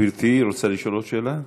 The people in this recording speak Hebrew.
גברתי רוצה לשאול עוד שאלה?